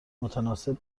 متناسب